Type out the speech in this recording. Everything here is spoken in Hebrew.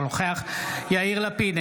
אינו נוכח יאיר לפיד,